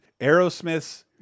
aerosmiths